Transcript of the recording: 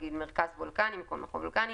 נגיד "מרכז וולקני" במקום "מכון וולקני".